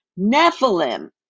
Nephilim